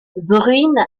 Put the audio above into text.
bruine